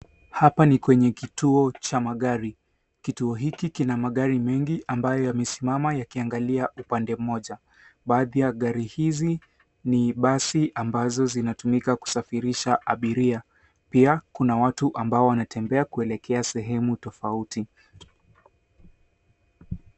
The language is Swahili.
Hapa ni kwenye kituo cha magari. Kituo hiki kina magari mengi ambayo yamesimama yakiangalia upande mmoja. Baadhi ya gari hizi ni basi ambazo zinatumika kusafirisha abiria. Pia kuna watu ambao wanatembea kuelekea sehemu tofauti.